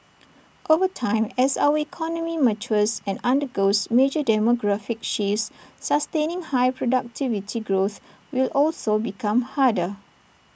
over time as our economy matures and undergoes major demographic shifts sustaining high productivity growth will also become harder